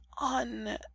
on